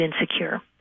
insecure